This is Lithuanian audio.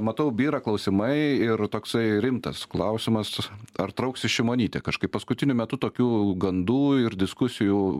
matau byra klausimai ir toksai rimtas klausimas ar trauksis šimonytė kažkaip paskutiniu metu tokių gandų ir diskusijų